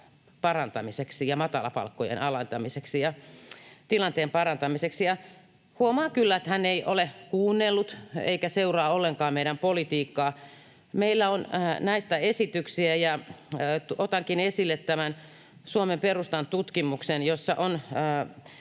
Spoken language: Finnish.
parantamiseksi ja matalapalkkojen alentamiseksi ja tilanteen parantamiseksi. Huomaan kyllä, että hän ei ole kuunnellut eikä seuraa ollenkaan meidän politiikkaa. Meillä on näistä esityksiä, ja otankin esille tämän Suomen Perustan tutkimuksen, jossa on